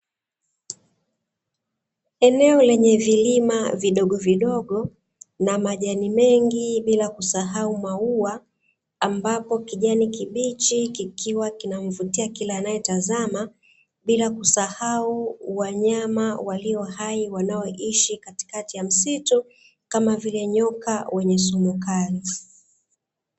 Eneo lenye vilima vidogovidogo na majani mengi bila kusahau maua, ambapo kijani kibichi, kikiwa kinamvutia kila anayetazama bila kusahau wanyama walio hai wanaoishi katikati ya msitu, kama vile nyoka wenye sumu kali.